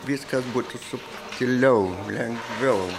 viskas būtų subtiliau lengviau